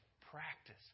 practice